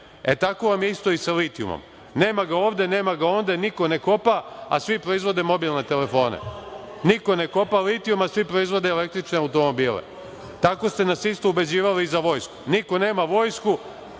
E, tako vam je isto i sa litijumom. Nema ga ovde, nema ga onde, niko ne kopa, a svi proizvode mobilne telefone. Niko ne kopa litijum, a svi proizvode električne automobile. Tako ste nas isto ubeđivali i za vojsku, niko nema vojsku,